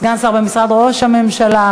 סגן שר במשרד ראש הממשלה,